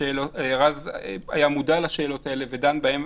רז היה מודע לשאלות האלה ודן בהן,